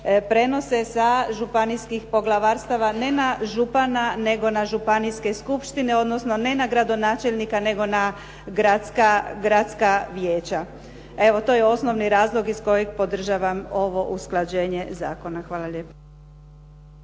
prenose sa županijskih poglavarstava ne na župana nego na županijske skupštine odnosno ne na gradonačelnika nego na gradska vijeća. Evo, to je osnovni razlog iz kojeg podržavam ovo usklađenje zakona. Hvala lijepa.